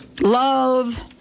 love